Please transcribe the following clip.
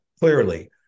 clearly